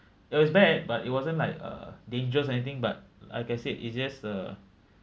it was bad but it wasn't like uh dangerous anything but like I said it's just uh